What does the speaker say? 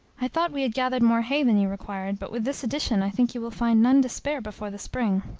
i thought we had gathered more hay than you required but with this addition, i think you will find none to spare before the spring.